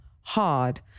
hard